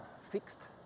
fixed